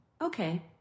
Okay